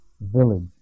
village